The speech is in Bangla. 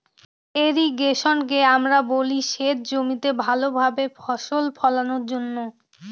ইর্রিগেশনকে আমরা বলি সেচ জমিতে ভালো ভাবে ফসল ফোলানোর জন্য